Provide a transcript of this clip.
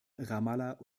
ramallah